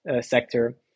sector